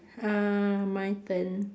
uh my turn